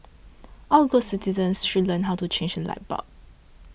all good citizens should learn how to change a light bulb